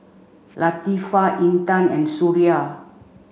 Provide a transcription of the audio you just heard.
Latifa Intan and Suria